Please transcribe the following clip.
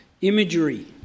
imagery